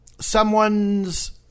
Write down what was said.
someone's